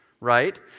right